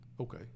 okay